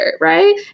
right